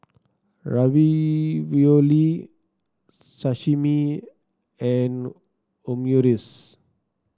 Ravioli Sashimi and Omurice